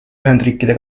ühendriikide